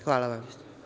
Hvala vam.